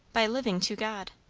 by living to god.